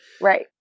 right